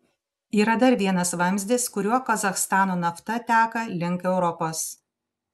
yra dar vienas vamzdis kuriuo kazachstano nafta teka link europos